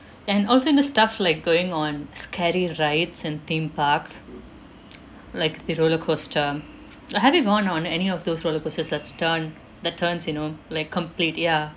and also doing stuff like going on scary rides in theme parks like the roller coaster uh have you gone on any of those roller coasters that's turned that turns you know like complete ya